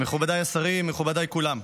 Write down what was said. מכובדיי השרים, מכובדיי כולם,